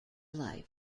life